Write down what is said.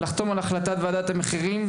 לחתום על החלטת ועדת המחירים,